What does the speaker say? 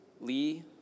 Lee